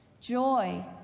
joy